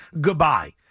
Goodbye